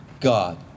God